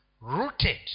rooted